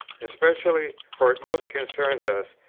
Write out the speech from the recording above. especially, for it most concerns us,